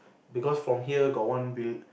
because from here got one bul~